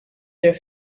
their